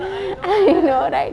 I know right